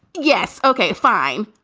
yes okay, fine